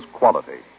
quality